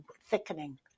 thickening